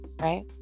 right